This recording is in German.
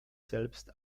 selbst